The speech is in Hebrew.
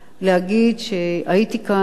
להגיד שהייתי כאן,